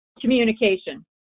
communication